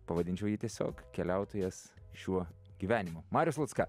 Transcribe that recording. pavadinčiau jį tiesiog keliautojas šiuo gyvenimu mariaus lucka